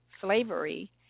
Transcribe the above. slavery